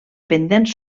pendents